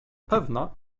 pewna